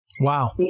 Wow